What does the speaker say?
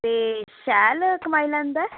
ते शैल कमाई लैंदा ऐ